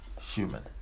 human